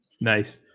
nice